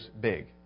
big